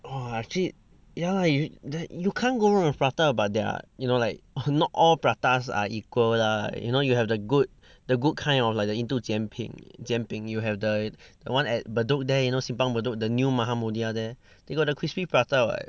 !wah! actually ya lah you that you can't go wrong with prata but there are you know like not all pratas are equal lah you know you have the good the good kind of like the 印度煎饼煎饼 you have the the one at bedok there you know simpang bedok the new maha mulia there they got the crispy prata [what]